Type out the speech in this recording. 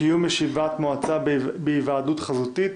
קיום ישיבת מועצה בהיוועדות חזותית),